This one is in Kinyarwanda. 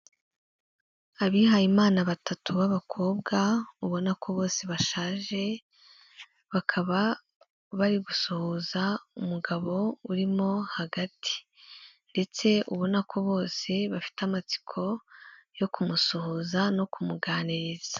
Abihayeyimana batatu b'abakobwa, ubona ko bose bashaje, bakaba bari gusuhuza umugabo urimo hagati, ndetse ubona ko bose bafite amatsiko yo kumusuhuza no kumuganiriza.